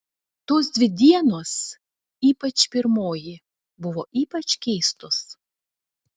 tos dvi dienos ypač pirmoji buvo ypač keistos